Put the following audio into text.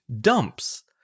dumps